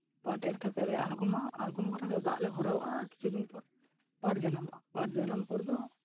ᱯᱟᱴᱷ ᱮᱨ ᱠᱟᱛᱮᱫ ᱞᱮ ᱟᱬᱜᱚᱢᱟ ᱟᱬᱜᱚᱢ ᱵᱟᱲᱟ ᱠᱟᱛᱮᱫ ᱫᱟᱜ ᱞᱮ ᱵᱷᱚᱨᱟᱣᱟᱜᱼᱟ ᱠᱤᱪᱷᱩ ᱫᱤᱱ ᱯᱚᱨ ᱯᱟᱴ ᱡᱟᱱᱟᱢᱚᱜᱼᱟ ᱯᱟᱴ ᱡᱟᱱᱟᱢ ᱯᱚᱨ ᱫᱚ